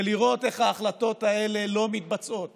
ולראות איך ההחלטות האלה לא מתבצעות